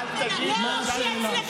אל תצעקי, קודם כול.